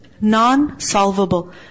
Non-solvable